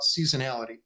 seasonality